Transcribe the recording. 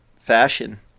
fashion